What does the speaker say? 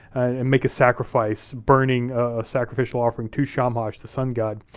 and make a sacrifice, burning sacrificial offering to shamash, the sun god,